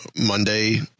Monday